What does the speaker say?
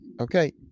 okay